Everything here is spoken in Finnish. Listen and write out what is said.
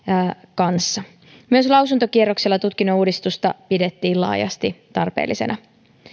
kanssa myös lausuntokierroksella tutkinnon uudistusta pidettiin laajasti tarpeellisena